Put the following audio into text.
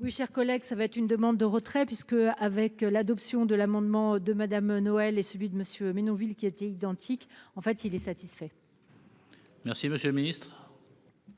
Oui, chers collègues. Ça va être une demande de retrait puisque avec l'adoption de l'amendement de Madame Noël et celui de Monsieur mais nos villes qui étaient identiques. En fait il est satisfait. Merci, monsieur le Ministre.